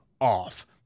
off